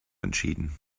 entschieden